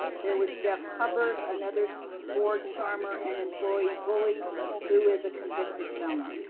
there was jeff hubbard, another board charmer and employee bully who is a convicted felon.